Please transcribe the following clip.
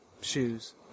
shoes